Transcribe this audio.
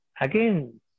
Again